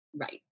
Right